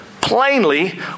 plainly